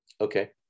Okay